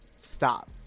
stop